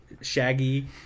Shaggy